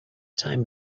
time